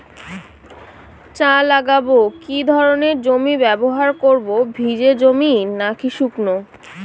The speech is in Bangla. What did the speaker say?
চা লাগাবো কি ধরনের জমি ব্যবহার করব ভিজে জমি নাকি শুকনো?